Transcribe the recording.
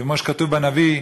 כמו שכתוב בדברי הנביא,